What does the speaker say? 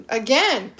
again